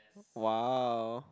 wow